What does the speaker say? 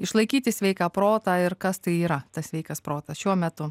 išlaikyti sveiką protą ir kas tai yra tas sveikas protas šiuo metu